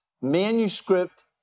manuscript